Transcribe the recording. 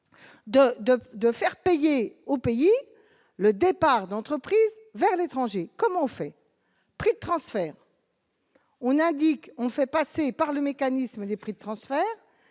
de faire payer au pays le départ d'entreprises vers l'étranger, comment on fait, prix de transfert. On a dit qu'on fait passer par le mécanisme des prix de transfert